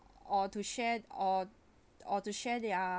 or to share or or to share they are